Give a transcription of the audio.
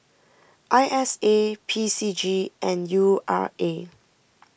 I S A P C G and U R A